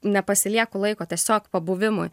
nepasilieku laiko tiesiog pabuvimui